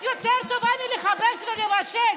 את יותר טובה מרק לכבס ולבשל,